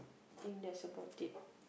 think that's about it